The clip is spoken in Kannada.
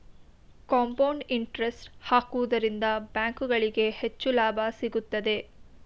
ಕಾಂಪೌಂಡ್ ಇಂಟರೆಸ್ಟ್ ಹಾಕುವುದರಿಂದ ಬ್ಯಾಂಕುಗಳಿಗೆ ಹೆಚ್ಚು ಲಾಭ ಸಿಗುತ್ತದೆ